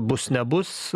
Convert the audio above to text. bus nebus